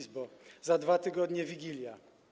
Za 2 tygodnie Wigilia.